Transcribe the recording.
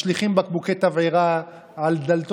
שפרסם תחקיר על הקרן,